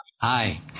Hi